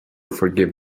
forgive